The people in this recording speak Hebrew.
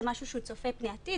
זה משהו שהוא צופה פני עתיד.